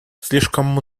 слишком